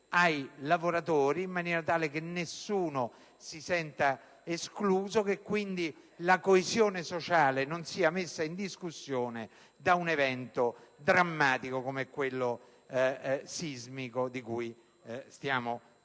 ai lavoratori, in maniera tale che nessuno si senta escluso e che quindi la coesione sociale non sia messa in discussione da un evento drammatico come quello sismico di cui stiamo parlando.